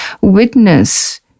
witness